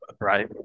Right